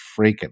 freaking